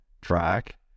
track